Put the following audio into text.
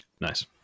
Nice